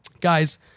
Guys